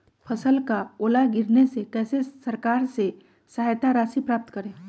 फसल का ओला गिरने से कैसे सरकार से सहायता राशि प्राप्त करें?